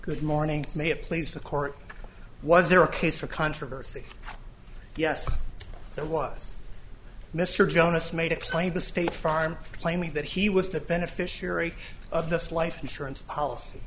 good morning may have pleased the court was there a case for controversy yes there was mr jonas made a claim to state farm claiming that he was the beneficiary of this life insurance policy